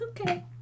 okay